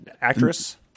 actress